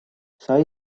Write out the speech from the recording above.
sai